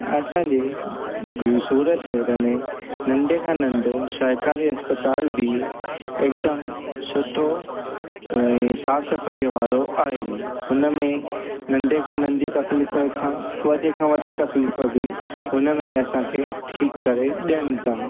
असांजे सूरत शहर में नंढे खां नंढो सरकारी अस्पताल बि हिकदमि सुठो ऐं साफ़ु सफ़ाईअ वारो आहे हुन में नंढे खां नंढी तकलीफ़ खां वॾे खां वॾी तकलीफ़ बि हुन में असांखे ठीकु करे ॾियनि था